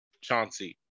Chauncey